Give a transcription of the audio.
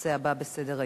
לנושא הבא בסדר-היום,